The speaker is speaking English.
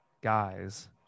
guys